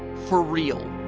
for real.